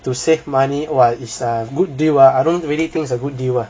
to save money !wah! is a good deal ah I don't really thinks a good deal ah